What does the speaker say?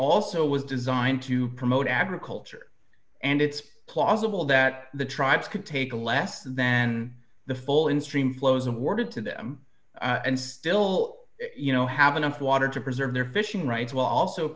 also was designed to promote agriculture and it's plausible that the tribes could take a less then the full in stream flows awarded to them and still you know have enough water to preserve their fishing rights while also